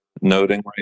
noting